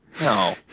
No